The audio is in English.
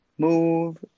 move